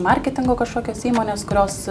marketingo kažkokios įmonės kurios